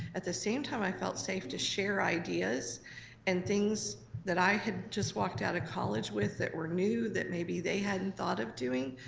at the same time, i felt safe to share ideas and things that i had just walked out of college with that were new that maybe they hadn't thought of doing.